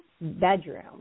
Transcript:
bedroom